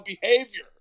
behavior